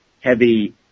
heavy